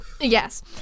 Yes